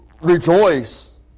rejoice